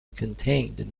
contained